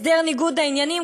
הסדר ניגוד העניינים,